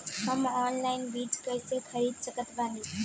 हम ऑनलाइन बीज कइसे खरीद सकत बानी?